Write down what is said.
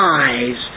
eyes